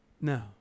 No